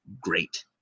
great